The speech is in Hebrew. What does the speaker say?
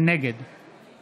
נגד